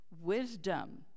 wisdom